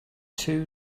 two